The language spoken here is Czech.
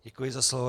Děkuji za slovo.